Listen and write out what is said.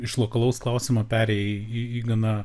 iš lokalaus klausimo perėjai į į gana